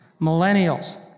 Millennials